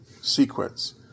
sequence